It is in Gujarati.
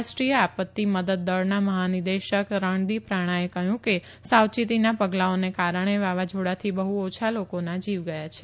રાષ્ટ્રીય આપત્તિ મદદ દળના મહાનિર્દેશ રણદીપ રાણાએ કહહ્યં કે સાવચેતીના પગલાંઓને કારણે વાવાઝોડાથી બહ્ ઓછા લોકોના જીવ ગયા છે